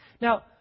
Now